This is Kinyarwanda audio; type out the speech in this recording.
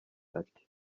ati